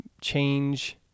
change